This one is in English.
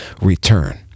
return